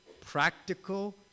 practical